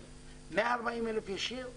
140,000 ישיר ,